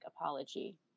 apology